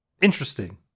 interesting